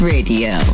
Radio